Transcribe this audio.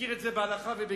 מכיר את זה בהלכה ובגמרא,